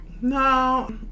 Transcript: No